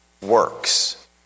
works